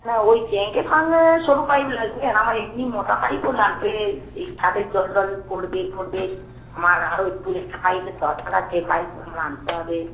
না ওই ট্যাংকের সঙ্গে সরু পাইপ লাগবে আর আমার এমনি মোটা পাইপও লাগবে এই ছাদের জল টল পড়বে এ পড়বে আমার আরও একটু একটা পাইপের দরকার আছে ওই পাইপগুলো আনতে হবে